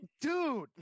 Dude